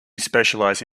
specialize